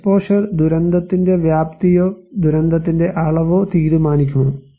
exposure ദുരന്തത്തിന്റെ വ്യാപ്തിയോ ദുരന്തത്തിന്റെ അളവോ തീരുമാനിക്കുമോ